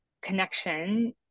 connection